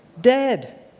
Dead